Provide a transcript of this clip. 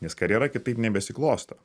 nes karjera kitaip nebesiklosto